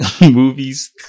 movies